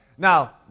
Now